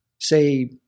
say –